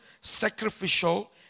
sacrificial